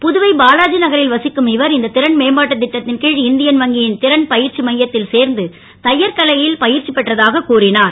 புதுவை பாலாஜி நகரில் வசிக்கும் இவர் இந்த றன் மேம்பாட்டு ட்டத் ன் கி இந்தயன் வங்கி ன் றன் படற்சி மையத் ல் சேர்ந்து தையற்கலை ல் ப ற்சி பெற்றதாக கூறினார்